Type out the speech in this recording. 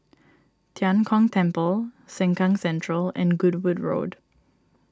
Tian Kong Temple Sengkang Central and Goodwood Road